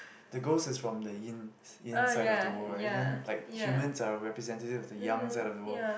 the ghost is from the Yin Yin side of the world right then like humans are representative of the Yang side of the world